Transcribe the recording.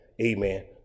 amen